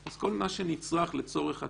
אז כל מה שנצרך לצורך הטיסה,